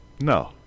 No